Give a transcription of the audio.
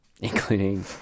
including